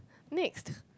next